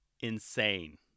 insane